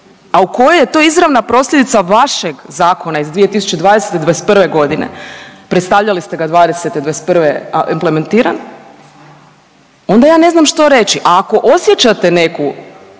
a u kojoj je to izravna posljedica vašeg zakona iz 2020., '21.g. predstavljali ste ga '20., a '21. je implementiran onda ja ne znam što reći. A ako osjećate neku